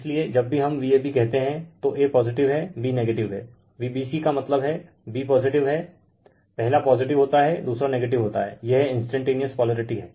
इसीलिए जब भी हम Vab कहते हैं तो a पॉजिटिव है b नेगेटिव हैं Vbc का मतलब हैं b पॉजिटिव हैं पहला पॉजिटिव होता हैं दूसरा नेगेटिव होता हैं यह इंस्टेंटेनिअस पोलरिटी हैं